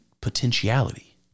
potentiality